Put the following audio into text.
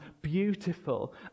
beautiful